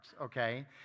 okay